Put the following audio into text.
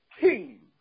team